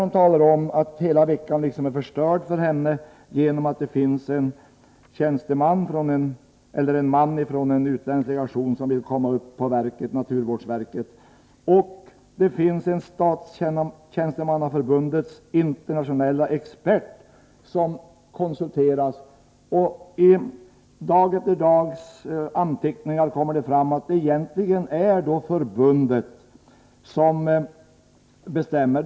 Hon talar om att hela veckan är förstörd för henne, därför att en man från en utländsk legation vill komma upp på naturvårdsverket. Statstjänstemannaförbundets internationella expert konsulteras. I dagboksanteckningar kommer det fram att det egentligen är förbundet som bestämmer.